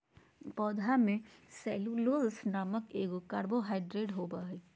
पौधा में सेल्यूलोस नामक एगो कार्बोहाइड्रेट होबो हइ